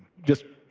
just